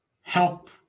Help